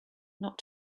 not